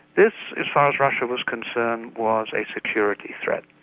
this, as far as russia was concerned, was a security threat.